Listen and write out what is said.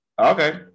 okay